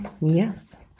Yes